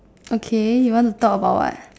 okay you want to talk about what